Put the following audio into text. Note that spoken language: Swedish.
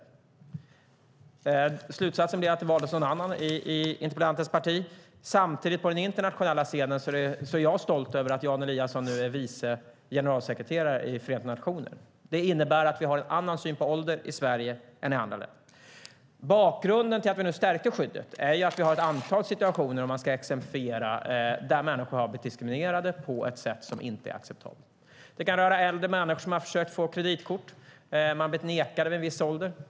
Det slutade med att det valdes någon annan i interpellantens parti. Samtidigt är jag stolt över att Jan Eliasson nu är vice generalsekreterare i Förenta nationerna. Vi har en annan syn på ålder i Sverige än man har i andra länder. Bakgrunden till att vi stärkte skyddet är att det finns ett antal situationer som exemplifierar hur människor har blivit diskriminerade på ett sätt som inte är acceptabelt. Det kan röra äldre människor som har försökt få ett kreditkort. De har blivit nekade vid en viss ålder.